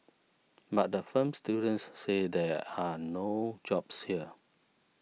but the film students say there are no jobs here